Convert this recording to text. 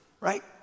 Right